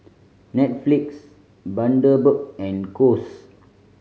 Netflix Bundaberg and Kose